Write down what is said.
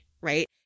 right